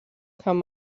kann